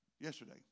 yesterday